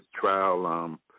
trial